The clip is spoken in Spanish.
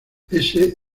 ese